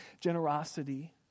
generosity